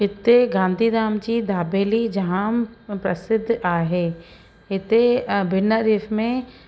हिते गांधीधाम जी दाबेली जाम प्रसिध्द आहे हिते बिन हरीफ में